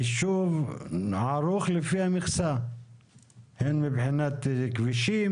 היישוב ערוך לפי המכסה - הן מבחינת כבישים,